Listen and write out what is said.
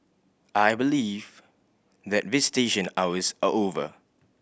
I believe that visitation hours are over